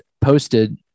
posted